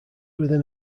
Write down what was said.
within